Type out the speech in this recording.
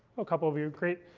a couple of you. great.